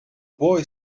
boy